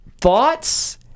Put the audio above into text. thoughts